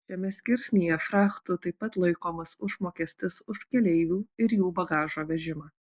šiame skirsnyje frachtu taip pat laikomas užmokestis už keleivių ir jų bagažo vežimą